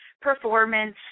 performance